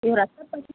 ஓ ரத்தப் பரிசோ